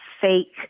fake